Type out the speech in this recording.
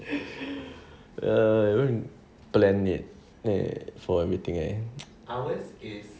err haven't planned yet eh for everything leh